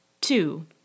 two